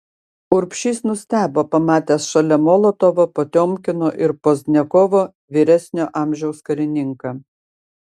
urbšys nustebo pamatęs šalia molotovo potiomkino ir pozdniakovo vyresnio amžiaus karininką